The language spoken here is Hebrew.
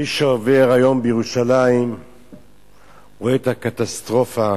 מי שעובר היום בירושלים רואה את הקטסטרופה,